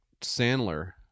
Sandler